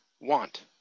want